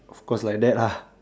of course like that lah